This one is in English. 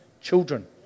children